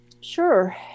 Sure